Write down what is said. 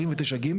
49(ג).